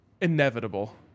inevitable